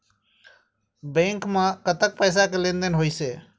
Bank म कतक पैसा के लेन देन होइस हे?